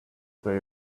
they